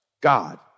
God